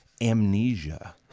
amnesia